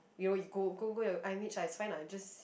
you know you go go go your i_m_h ah it's fine lah just